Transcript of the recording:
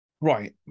Right